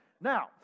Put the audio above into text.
Now